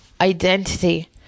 identity